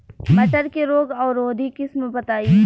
मटर के रोग अवरोधी किस्म बताई?